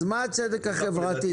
אז מה הצדק החברתי?